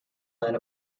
line